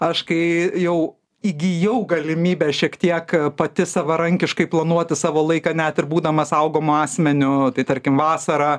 aš kai jau įgijau galimybę šiek tiek pati savarankiškai planuoti savo laiką net ir būdama saugomu asmeniu tai tarkim vasarą